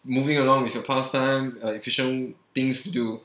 moving along with your pastime uh efficient things to do